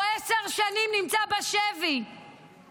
הוא נמצא בשבי עשר שנים.